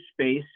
space